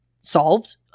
solved